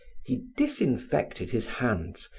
he disinfected his hands,